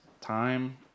time